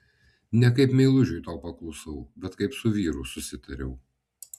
ne kaip meilužiui tau paklusau bet kaip su vyru susitariau